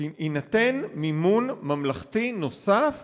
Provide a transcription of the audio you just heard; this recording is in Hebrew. יינתן מימון ממלכתי נוסף